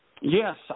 Yes